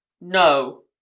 No